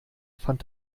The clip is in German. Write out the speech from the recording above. fand